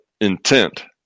intent